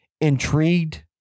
intrigued